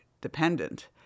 dependent